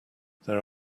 there